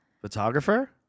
photographer